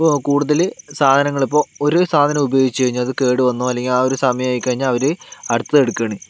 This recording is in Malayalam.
കൂ കൂടുതല് സാധനങ്ങള് ഇപ്പോൾ ഒരു സാധനം ഉപയോഗിച്ചു കഴിഞ്ഞു അതു കേടു വന്നു അല്ലെങ്കിൽ ആ ഒരു സമയം ആയിക്കഴിഞ്ഞാൽ അവര് അടുത്തത് എടുക്കുകയാണ്